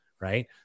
Right